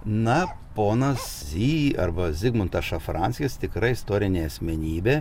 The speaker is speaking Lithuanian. na ponas zy arba zigmantas šafranskis tikra istorinė asmenybė